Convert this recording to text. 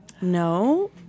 No